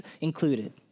included